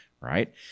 right